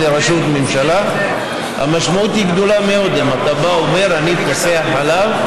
מה עשה ראש הממשלה נתניהו בעשור הנפלא שהוא ראש ממשלה שהוא דיבר עליו?